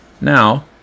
now